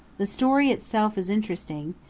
the story itself is interesting,